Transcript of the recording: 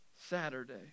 Saturday